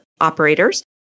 operators